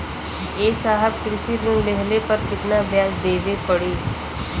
ए साहब कृषि ऋण लेहले पर कितना ब्याज देवे पणी?